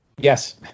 Yes